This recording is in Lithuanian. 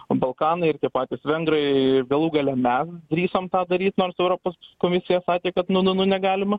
balkanai ir tie patys vengrai galų gale mes drįsom tą daryt nors europos komisija sakė kad nu nu nu negalima